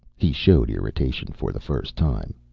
he showed irritation for the first time.